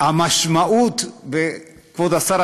המשמעות וכבוד השר,